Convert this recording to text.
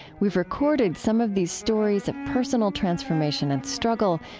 we've recorded some of these stories of personal transformation and struggle.